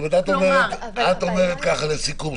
זאת אומרת, את אומרת ככה לסיכום.